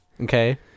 Okay